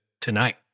tonight